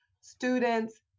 students